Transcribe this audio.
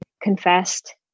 confessed